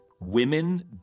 women